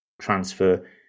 transfer